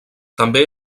també